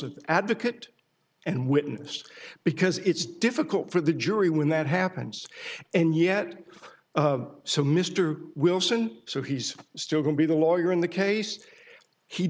of advocate and witness because it's difficult for the jury when that happens and yet so mr wilson so he's still going to be the lawyer in the case he